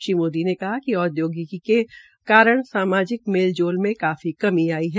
श्री मोदी ने कहा कि प्रौद्योगिकी के कारण सामाजिक मेल जोल मे कमी आई है